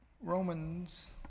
Romans